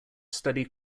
studied